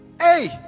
Hey